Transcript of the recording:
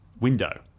window